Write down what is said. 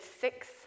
six